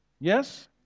Yes